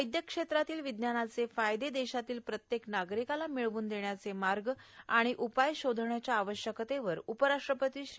वैद्यकक्षेत्रातल्या विज्ञानाचे फायदे देशातल्या प्रत्येक नागरिकाला मिळवून देण्याचे मार्ग आणि उपाय शोधण्याच्या आवश्यकतेवर उपराष्ट्रपती श्री